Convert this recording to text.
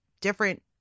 different